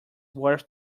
worth